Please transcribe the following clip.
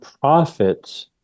profits